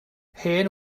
hen